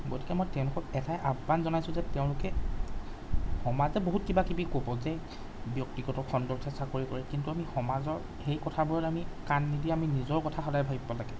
গতিকে মই তেওঁলোকক এটাই আহ্বান জনাইছোঁ যে তেওঁলোকে সমাজে বহুত কিবাকিবি ক'ব যে ব্যক্তিগত খণ্ডতহে চাকৰি কৰে কিন্তু আমি সমাজৰ সেই কথাবোৰত আমি কাণ নিদি আমি নিজৰ কথা সদায় ভাবিব লাগে